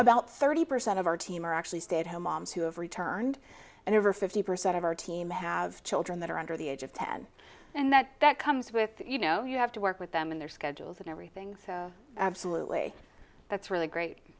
about thirty percent of our team are actually stayed home moms who have returned and over fifty percent of our team have children that are under the age of ten and that that comes with you know you have to work with them in their schedules and everything so absolutely that's really great